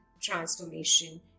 transformation